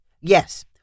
Yes